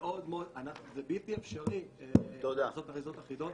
זה בלתי אפשרי לעשות אריזות אחידות.